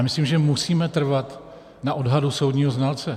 Myslím, že musíme trvat na odhadu soudního znalce.